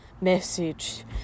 message